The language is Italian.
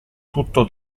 tutto